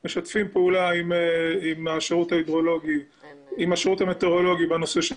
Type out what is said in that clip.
אנחנו משתפים פעולה עם השירות המטאורולוגי בנושא של